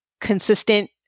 consistent